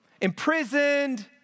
imprisoned